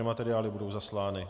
Materiály budou zaslány.